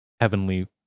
heavenly